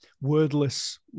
wordless